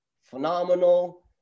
phenomenal